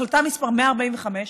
החלטה מס' 145,